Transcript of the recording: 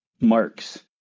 marks